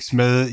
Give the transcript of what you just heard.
med